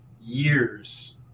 years